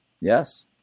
yes